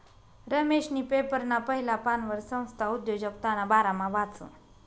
रमेशनी पेपरना पहिला पानवर संस्था उद्योजकताना बारामा वाचं